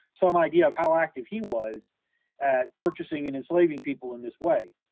some idea of how active he was at purchasing and enslaving people in this way.